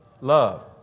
Love